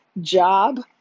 job